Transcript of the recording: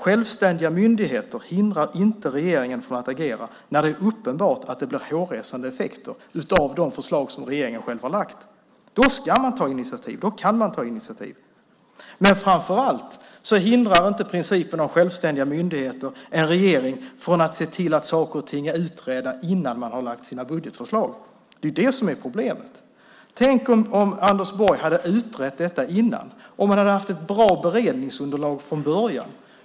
Självständiga myndigheter hindrar inte regeringen från att agera när det är uppenbart att det blir hårresande effekter av de förslag som regeringen själv lagt fram. Då kan man, och ska man, ta initiativ. Framför allt hindrar inte principen om självständiga myndigheter en regering från att se till att saker och ting är utredda innan den lägger fram sina budgetförslag. Det är det som är problemet. Tänk om Anders Borg först hade utrett detta! Tänk om han redan från början hade haft ett bra beredningsunderlag!